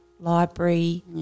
Library